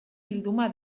bilduma